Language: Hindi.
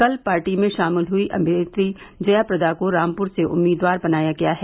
कल पार्टी में शामिल हुई अमिनेत्री जया प्रदा को रामपुर से उम्मीदवार बनाया गया है